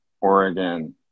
Oregon